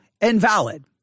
invalid